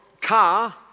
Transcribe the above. car